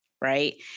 right